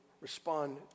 respond